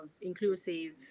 inclusive